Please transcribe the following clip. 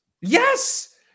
yes